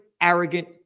arrogant